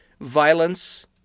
violence